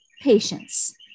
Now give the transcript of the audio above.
patience